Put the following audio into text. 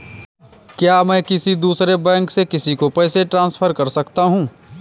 क्या मैं किसी दूसरे बैंक से किसी को पैसे ट्रांसफर कर सकता हूँ?